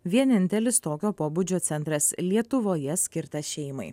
vienintelis tokio pobūdžio centras lietuvoje skirtas šeimai